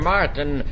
Martin